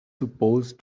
supposed